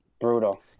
Brutal